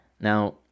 Now